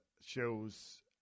shows –